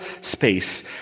space